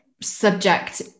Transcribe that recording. subject